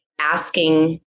asking